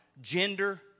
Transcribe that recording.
gender